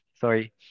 sorry